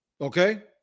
Okay